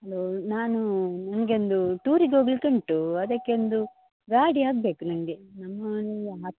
hello ನಾನು ನಮಗೆ ಒಂದು ಟೂರಿಗೆ ಹೋಗಲಿಕ್ಕುಂಟು ಅದಕ್ಕೆ ಒಂದು ಗಾಡಿ ಆಗ್ಬೇಕು ನನಗೆ ನಮ್ಮ ಮನೆಯ ಹತ್